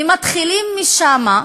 ומתחילים משם,